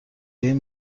این